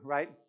Right